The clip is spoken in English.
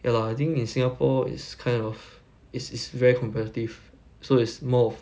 ya lah I think in singapore it's kind of is is very competitive so it's more of